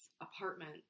apartment